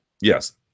Yes